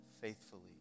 faithfully